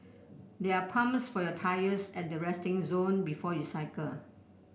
there are pumps for your tyres at the resting zone before you cycle